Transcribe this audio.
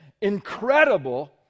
incredible